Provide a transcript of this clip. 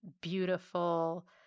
beautiful